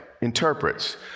interprets